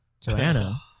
Joanna